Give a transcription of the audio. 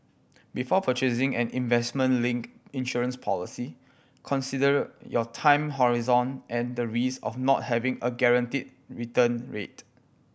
before purchasing an investment linked insurance policy consider your time horizon and the risks of not having a guaranteed return rate